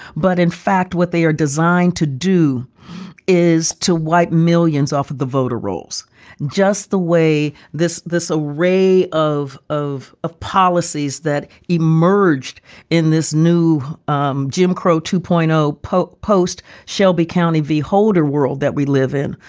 but in fact, what they are designed to do is to wipe millions off of the voter rolls just the way this this array of of of policies that emerged in this new um jim crow two point zero, polk post, shelby county v. holder world that we live in,